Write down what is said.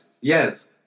yes